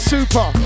Super